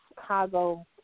Chicago